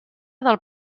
del